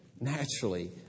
naturally